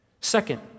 Second